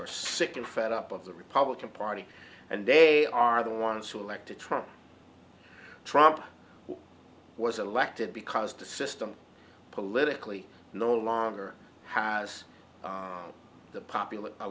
source sick and fed up of the republican party and they are the ones who elected trump trump who was elected because the system politically no longer has the popular a